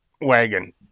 wagon